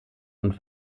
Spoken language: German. und